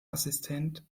assistent